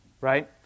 right